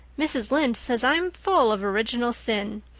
mrs. lynde says i'm full of original sin.